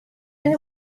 and